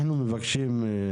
אנחנו מבקשים, לאה,